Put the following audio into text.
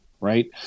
Right